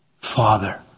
Father